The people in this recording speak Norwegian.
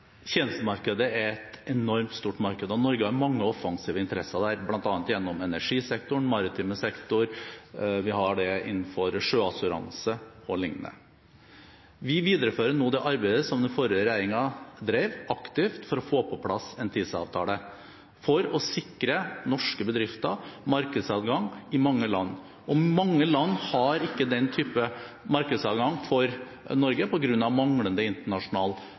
Tjenestemarkedet er et enormt stort marked, og Norge har mange offensive interesser der, bl.a. gjennom energisektoren og maritim sektor, og vi har det innenfor sjøassuranse o.l. Vi viderefører nå det arbeidet som den forrige regjeringen aktivt drev for å få på plass en TISA-avtale, for å sikre norske bedrifter markedsadgang i mange land. Og mange land har ikke den type markedsadgang for Norge på grunn av manglende internasjonal